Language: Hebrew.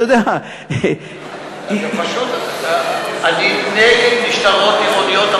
אתה יודע, פשוט, אני נגד משטרות עירוניות.